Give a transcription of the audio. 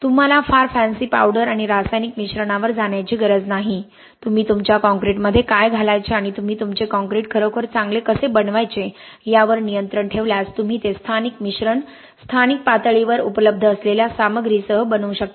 तुम्हाला फार fancy powder आणि रासायनिक मिश्रणावर जाण्याची गरज नाही तुम्ही तुमच्या कॉंक्रिटमध्ये काय घालायचे आणि तुम्ही तुमचे कॉंक्रिट खरोखर चांगले कसे बनवायचे यावर नियंत्रण ठेवल्यास तुम्ही ते स्थानिक मिश्रण स्थानिक पातळीवर उपलब्ध असलेल्या सामग्रीसह बनवू शकता